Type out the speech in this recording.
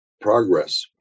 progress